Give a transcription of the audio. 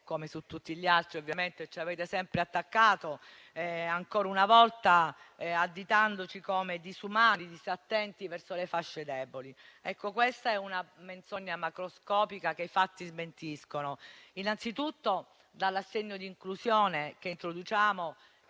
come su tutti gli altri ovviamente, ci avete sempre attaccato, additandoci ancora una volta come disumani e disattenti verso le fasce deboli. Ecco questa è una menzogna macroscopica che i fatti smentiscono, partendo anzitutto dall'assegno di inclusione che introduciamo